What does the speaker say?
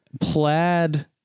plaid